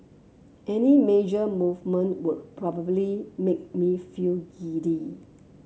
any major movement would probably make me feel giddy